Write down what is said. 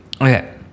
Okay